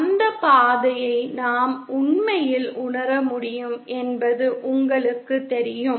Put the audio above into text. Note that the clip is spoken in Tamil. அந்த பாதையை நாம் உண்மையில் உணர முடியும் என்பது உங்களுக்குத் தெரியும்